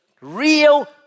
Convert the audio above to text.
real